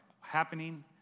happening